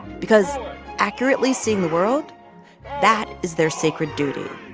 because accurately seeing the world that is their sacred duty,